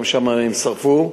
גם שם הם שרפו.